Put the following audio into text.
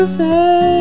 say